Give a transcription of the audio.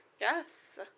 Yes